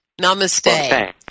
namaste